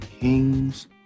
kings